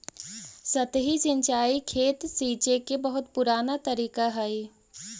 सतही सिंचाई खेत सींचे के बहुत पुराना तरीका हइ